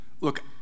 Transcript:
Look